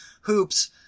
hoops